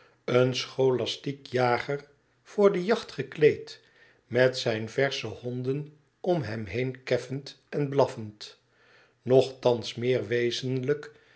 een scholastiek jager voor de jacht gekleed met zijne versche honden om hem heen keffend en blaffend nogthans meer wezenlijk